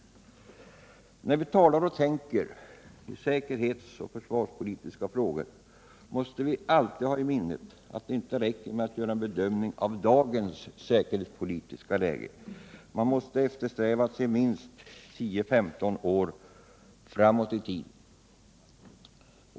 När vi talar om och tänker på säkerhetspolitiska och försvarspolitiska frågor måste vi alltid ha i minnet att det inte räcker med att göra en bedömning av dagens säkerhetspolitiska läge. Man måste eftersträva att se minst 10—15 år framåt i tiden.